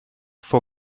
for